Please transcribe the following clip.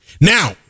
Now